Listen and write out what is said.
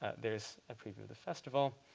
there's a preview of the festival.